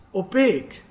opaque